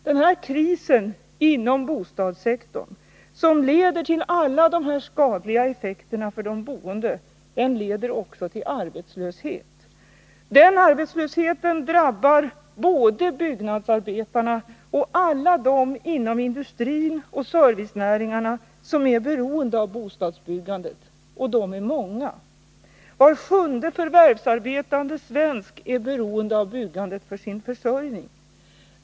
Denna kris inom bostadssektorn, som leder till alla dessa skadliga effekter för de boende, leder också till arbetslöshet. Och den arbetslösheten drabbar både byggnadsarbetarna och alla dem inom industrin och servicenäringarna som är beroende av bostadsbyggandet. De är många! Var sjunde förvärvsarbetande svensk är beroende av byggandet för sin försörjning.